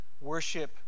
worship